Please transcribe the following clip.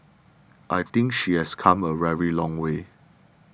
I think she has come a very long way